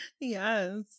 Yes